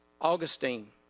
Augustine